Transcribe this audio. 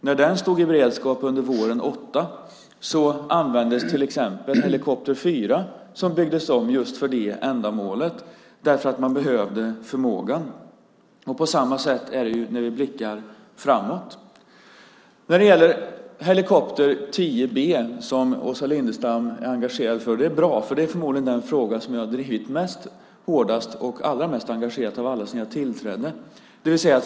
När den stod i beredskap under våren 2008 användes till exempel helikopter 4 som byggdes om just för det ändamålet, eftersom man behövde förmågan. På samma sätt är det när vi blickar framåt. När det gäller helikopter 10 B är det bra att Åsa Lindestam är så engagerad, för det är förmodligen den fråga som jag har drivit mest, hårdast och allra mest engagerat sedan jag tillträdde.